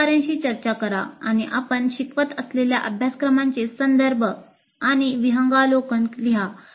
सहकार्यांशी चर्चा करा आणि आपण शिकवत असलेल्या अभ्यासक्रमांचे संदर्भ आणि विहंगावलोकन लिहा